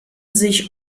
sich